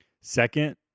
Second